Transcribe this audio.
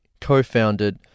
co-founded